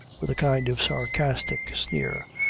with a kind of sarcastic sneer.